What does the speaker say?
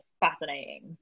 fascinating